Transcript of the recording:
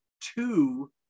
two